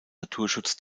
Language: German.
naturschutz